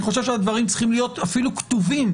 אני חושב שהדברים צריכים להיות אפילו כתובים